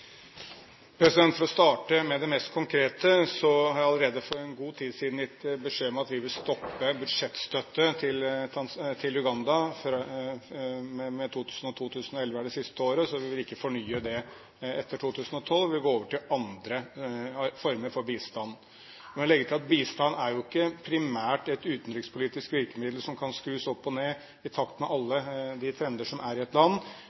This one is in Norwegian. For å starte med det mest konkrete: Jeg har allerede for en god tid siden gitt beskjed om at vi vil stoppe budsjettstøtte til Uganda. 2011 er det siste året, og vi vil ikke fornye det etter 2012. Vi vil gå over til andre former for bistand. Jeg må legge til at bistand er jo ikke primært et utenrikspolitisk virkemiddel som kan skrus opp og ned i takt med alle de trender som er i et land.